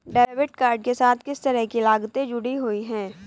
Debit card के साथ किस तरह की लागतें जुड़ी हुई हैं?